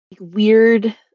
weird